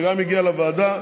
וגם הגיע לוועדה.